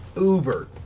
uber